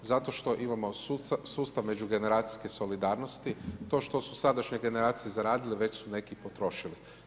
Zato što imamo sustav međugeneracijske solidarnosti, to što su sadašnje generacije zaradile, već su neki potrošili.